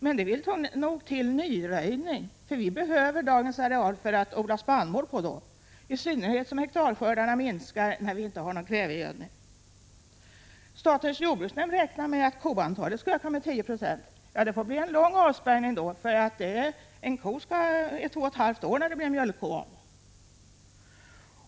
Men då vill det nog till nyröjning, för vi behöver dagens areal för spannmålsodling, i synnerhet som hektarskördarna minskar när kvävegöd 79 ningen tar slut. Jordbruksnämnden räknar också med att vi vid avspärrning skall öka koantalet med 10 96. Det blir en lång avspärrning då, för en kviga skall vara två och ett halvt år innan det blir en mjölkko av henne.